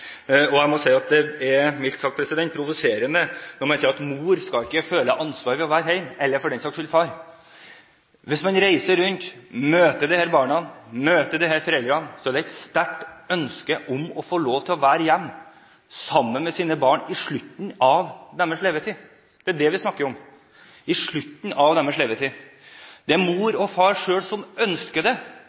Det er mildt sagt provoserende når man sier at mor ikke skal føle ansvar for å være hjemme, eller for den saks skyld far. Hvis man reiser rundt og møter disse barna og disse foreldrene, er det et sterkt ønske om å få lov til å være hjemme sammen med sine barn i slutten av deres levetid. Det er det vi snakker om: i slutten av deres levetid. Det er mor og far selv som